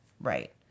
Right